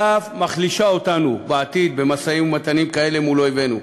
שאף מחליש אותנו במשאים-ומתנים כאלה בעתיד מול אויבינו.